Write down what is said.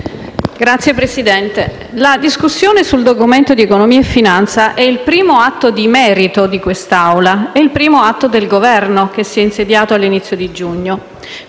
la discussione sul Documento di economia e finanza è il primo atto di merito di quest'Assemblea, il primo atto del Governo che si è insediato all'inizio di giugno,